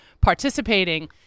participating